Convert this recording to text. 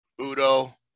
Udo